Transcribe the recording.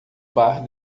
bar